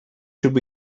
should